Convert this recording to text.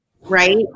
Right